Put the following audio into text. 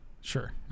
Sure